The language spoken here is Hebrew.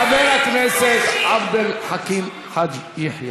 חברת הכנסת עאידה, עאידה.